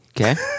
Okay